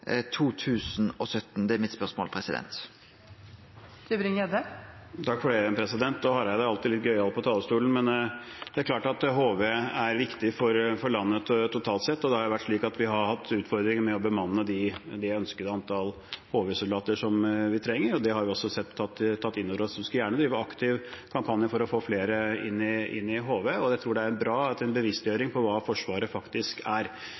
2017? Hareide er alltid litt gøyal på talerstolen. Det er klart at HV er viktig for landet totalt sett, og det har vært slik at vi har hatt utfordringer med å bemanne med det ønskede antall HV-soldater, og det har vi også tatt inn over oss. Vi skulle gjerne drive aktiv kampanje for å få flere inn i HV, og jeg tror det er bra at en har en bevisstgjøring om hva Forsvaret faktisk er.